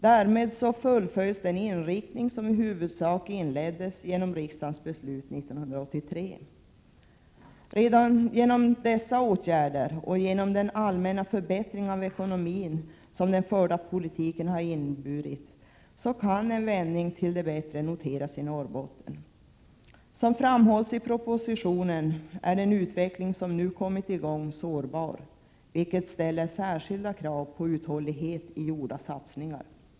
Därmed fullföljs den inriktning som i huvudsak inleddes genom riksdagens beslut år 1983. Redan genom dessa åtgärder — och genom den allmänna förbättring av ekonomin som den förda politiken har inneburit — kan en vändning till det bättre noteras i Norrbotten. Som framhålls i propositionen är den utveckling som nu kommit i gång sårbar, något som ställer särskilda krav på uthållighet i gjorda satsningar.